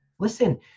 Listen